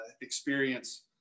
experience